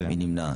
מי נמנע?